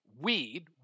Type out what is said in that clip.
weed